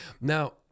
Now